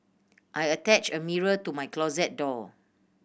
I attached a mirror to my closet door